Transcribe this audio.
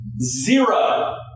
zero